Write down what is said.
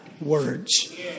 words